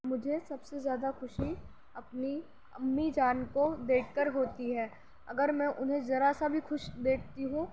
مجھے سب سے زیادہ خوشی اپنی امی جان کو دیکھ کر ہوتی ہے اگر میں انہیں ذرا سا بھی خوش دیکھتی ہوں